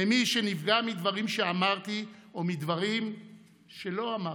ממי שנפגע מדברים שאמרתי ומדברים שלא אמרתי.